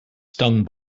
stung